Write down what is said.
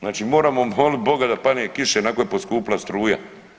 Znači moramo molit Boga da padne kiša ionako je poskupila struja.